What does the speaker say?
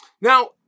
Now